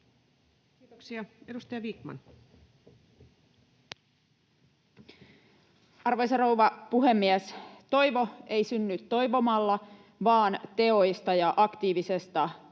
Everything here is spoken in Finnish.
Time: 17:51 Content: Arvoisa rouva puhemies! Toivo ei synny toivomalla vaan teoista ja aktiivisesta toiminnasta,